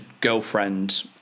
girlfriend